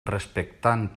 respectant